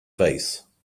face